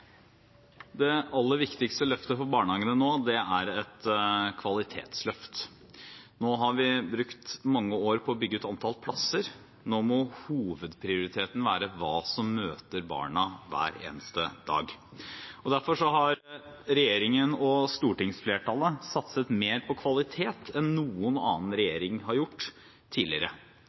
et kvalitetsløft. Nå har vi brukt mange år på å bygge ut antall plasser, og nå må hovedprioriteten være hva som møter barna hver eneste dag. Derfor har regjeringen og stortingsflertallet satset mer på kvalitet enn noen annen regjering har gjort tidligere.